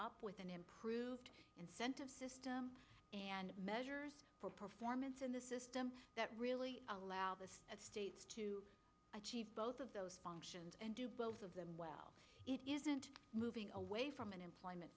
up with an improved incentive system and measures for performance in the system that really allow the states to achieve both of those functions and do both of them well it isn't moving away from an employment